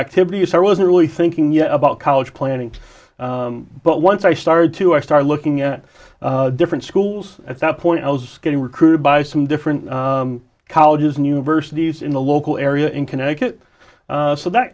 activity is i wasn't really thinking yet about college planning but once i started to i started looking at different schools at that point i was getting recruited by some different colleges and universities in the local area in connecticut so that